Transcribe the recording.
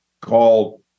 called